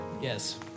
Yes